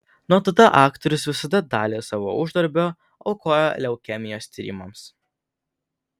nuo tada aktorius visada dalį savo uždarbio aukoja leukemijos tyrimams